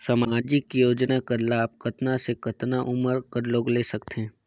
समाजिक योजना कर लाभ कतना से कतना उमर कर लोग ले सकथे?